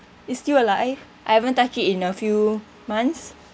it's still alive I haven't touched it in a few months